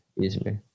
Easily